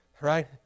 right